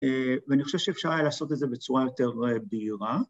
‫ואני חושב שאפשר היה לעשות את זה ‫בצורה יותר בהירה.